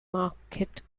market